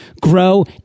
grow